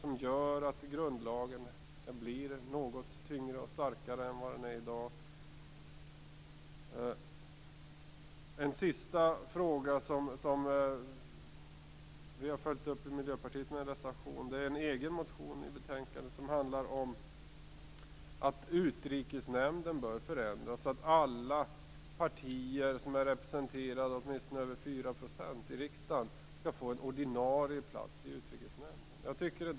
Därmed skulle grundlagen bli tyngre och starkare än i dag. En sista fråga som Miljöpartiet har följt upp med en reservation tas upp i en av våra egna motioner. Vi menar att Utrikesnämnden bör förändras så att alla partier som är representerade i riksdagen, som har fått över 4 % av rösterna, skall få en ordinarie plats i Utrikesnämnden.